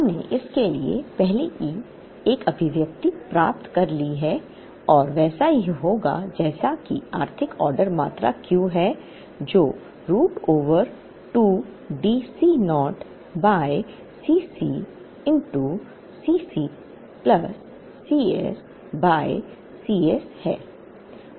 हमने इसके लिए पहले ही एक अभिव्यक्ति प्राप्त कर ली है और यह वैसा ही होगा जैसा कि आर्थिक ऑर्डर मात्रा Q है जो root over 2 D C naught by Cc Cc plus C s by Cs है